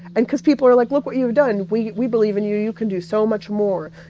and cause people are like, look what you've done we we believe in you you can do so much more.